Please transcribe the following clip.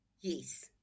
Yes